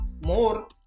more